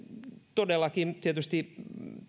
todellakin tietysti